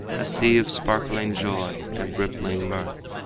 a sea of sparkling joy and rippling mirth.